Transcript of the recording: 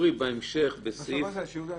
בסעיף --- אנשים זה אנשים.